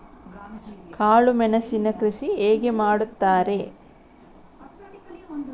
ಕಾಳು ಮೆಣಸಿನ ಕೃಷಿ ಹೇಗೆ ಮಾಡುತ್ತಾರೆ?